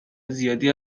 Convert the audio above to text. زیادی